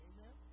Amen